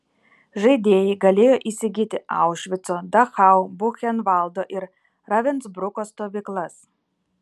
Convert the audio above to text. žaidėjai galėjo įsigyti aušvico dachau buchenvaldo ir ravensbruko stovyklas